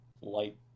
light